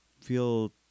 feel